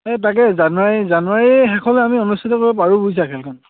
এই তাকে জানুৱাৰী জানুৱাৰী শেষলে আমি অনুষ্ঠিত কৰিব পাৰোঁ বুইছা খেলখন